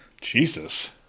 Jesus